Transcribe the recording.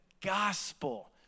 gospel